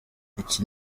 iki